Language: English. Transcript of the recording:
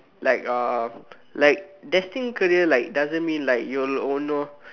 like uh like destined career like doesn't mean like you all know